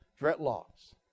dreadlocks